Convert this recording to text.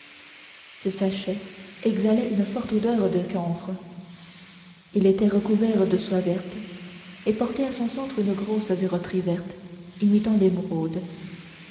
ce sachet exhalait une forte odeur de camphre il était recouvert de soie verte et portait à son centre une grosse verroterie verte imitant l'émeraude